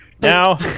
Now